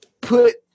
put